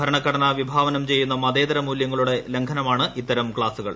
ഭരണഘടന വിഭാവനം ചെയ്യുന്ന മതേതരമൂല്യങ്ങളുടെ ലംഘനമാണ് ഇത്തരം ക്ലാസുകൾ